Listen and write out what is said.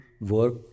work